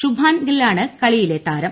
ശുഭ്മാൻ ഗില്ലാണ് കളിയിലെ താരം